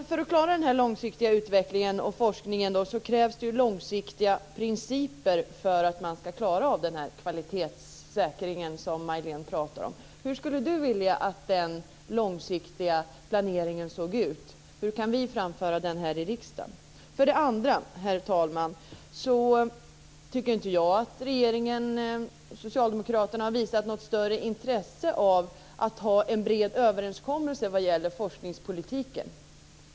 För att klara den långsiktiga utvecklingen och forskningen samt den kvalitetssäkring som Majléne Westerlund Panke pratar om, krävs det långsiktiga principer. Hur skulle Majléne Westerlund Panke vilja att den långsiktiga planeringen såg ut? Hur kan vi framföra den här i riksdagen? Herr talman! Jag tycker inte att regeringen och socialdemokraterna har visat något större intresse av en bred överenskommelse vad gäller forskningspolitiken.